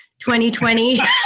2020